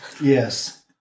Yes